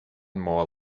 more